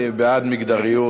אני בעד מגדריות.